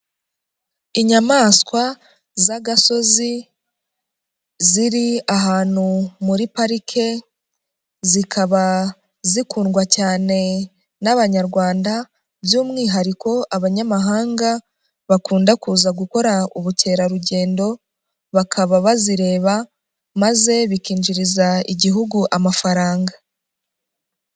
Inyamaswa z'agasozi, ziri ahantu muri parike, zikaba zikundwa cyane n'abanyarwanda, by'umwihariko abanyamahanga bakunda kuza gukora ubukerarugendo, bakaba bazireba maze bikinjiriza igihugu amafaranga.